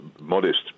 modest